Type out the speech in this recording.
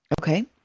Okay